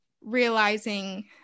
realizing